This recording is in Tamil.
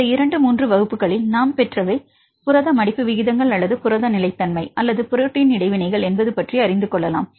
இந்த 2 3 வகுப்புகளில் நாம் பெற்றவை புரத மடிப்பு விகிதங்கள் அல்லது புரத நிலைத்தன்மை அல்லது புரோட்டீன் இடைவினைகள் என்பது பற்றி அறிந்து கொள்ளலாம்